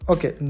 Okay